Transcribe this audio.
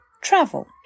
travel